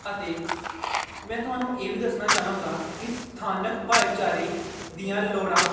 ਅਤੇ ਮੈਂ ਤੁਹਾਨੂੰ ਇਹ ਵੀ ਦੱਸਣਾ ਚਾਹਾਂਗਾ ਕਿ ਸਥਾਨਕ ਭਾਈਚਾਰੇ ਦੀਆਂ ਲੋੜਾਂ